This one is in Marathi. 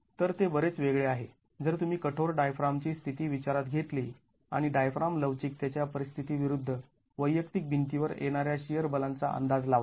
तर ते बरेच वेगळे आहे जर तुम्ही कठोर डायफ्रामची स्थिती विचारात घेतली आणि डायफ्राम लवचिकतेच्या परिस्थिती विरुद्ध वैयक्तिक भिंतीवर येणाऱ्या शिअर बलां चा अंदाज लावला